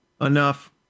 enough